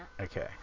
Okay